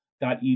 dot